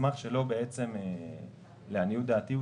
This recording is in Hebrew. לעניות דעתי,